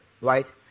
right